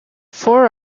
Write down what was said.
four